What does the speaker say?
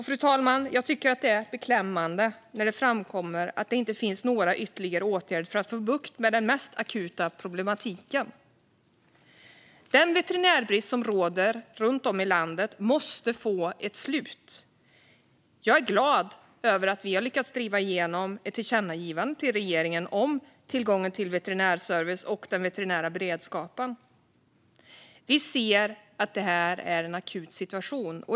Fru talman! Jag tycker att det är beklämmande när det framkommer att det inte finns några ytterligare åtgärder för att få bukt med den mest akuta problematiken. Den veterinärbrist som råder runt om i landet måste få ett slut. Jag är glad över att vi har lyckats driva igenom ett tillkännagivande till regeringen om tillgången till veterinär service och om den veterinära beredskapen. Vi ser att detta är en akut situation.